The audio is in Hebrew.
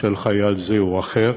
של חייל זה או אחר.